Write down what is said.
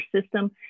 system